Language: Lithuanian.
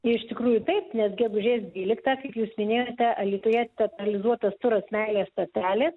iš tikrųjų taip nes gegužės dvyliktą kaip jūs minėjote alytuje teatralizuotas turas meilės stotelė